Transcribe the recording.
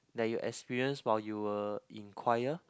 that you experience while you were in choir